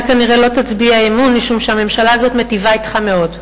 אתה כנראה לא תצביע אי-אמון משום שהממשלה הזאת מיטיבה אתך מאוד.